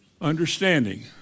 understanding